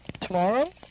Tomorrow